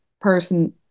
person